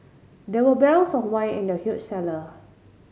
there were barrels of wine in the huge cellar